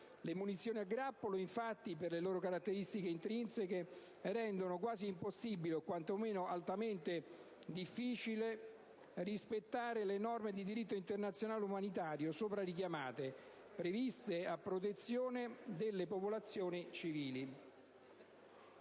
Le munizioni a grappolo, infatti, per le loro caratteristiche intrinseche, rendono quasi impossibile, o quantomeno altamente difficile, rispettare le norme di diritto internazionale umanitarie sopra richiamate, previste a protezione delle popolazioni civili.